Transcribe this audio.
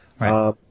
Right